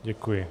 Děkuji.